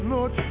Lord